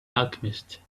alchemist